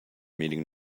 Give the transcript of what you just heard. meeting